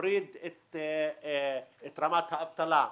להוריד את רמת האבטלה,